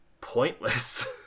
pointless